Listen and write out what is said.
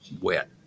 wet